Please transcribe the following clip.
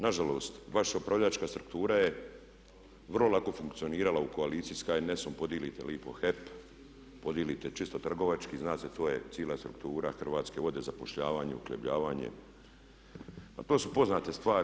Nažalost vaša upravljačka struktura je vrlo lako funkcionirala u koaliciji s HNS-om, podijelite lipo HEP, podijelite čisto trgovački, zna se, to je cijela struktura Hrvatske vode, zapošljavanju, uhljebljivanje, pa to su poznate stvari.